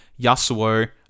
Yasuo